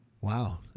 Wow